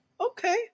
okay